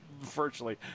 virtually